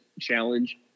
challenge